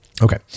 Okay